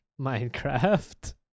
Minecraft